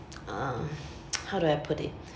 uh how do I put it